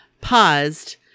paused